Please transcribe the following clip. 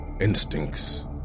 instincts